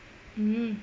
mm